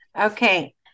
okay